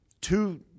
two